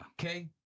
Okay